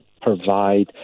provide